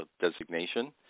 designation